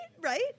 Right